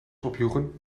opjoegen